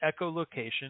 echolocation